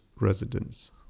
residents